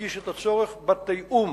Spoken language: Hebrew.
והדגיש את הצורך בתיאום